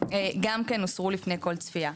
גם כן הוסרו לפני כל צפייה.